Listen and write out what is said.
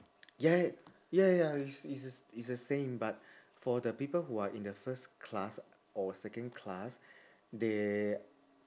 ya ya ya it's it's the it's the same but for the people who are in the first class or second class they